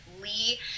Lee